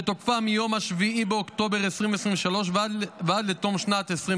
שתוקפה מיום 7 באוקטובר 2023 עד לתום שנת 2024,